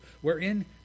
wherein